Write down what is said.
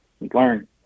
learn